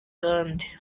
kandi